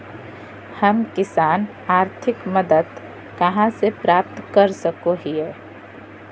हम किसान आर्थिक मदत कहा से प्राप्त कर सको हियय?